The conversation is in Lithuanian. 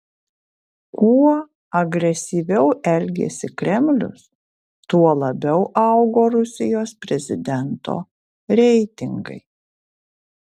kuo agresyviau elgėsi kremlius tuo labiau augo rusijos prezidento reitingai